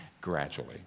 gradually